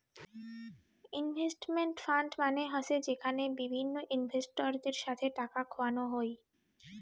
investment fund মানে হসে যেখানে বিভিন্ন ইনভেস্টরদের সাথে টাকা খাটানো হই